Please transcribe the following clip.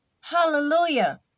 Hallelujah